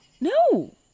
No